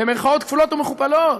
במירכאות כפולות ומכופלות,